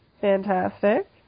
Fantastic